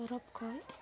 ᱛᱚᱨᱚᱵᱽ ᱠᱷᱚᱡ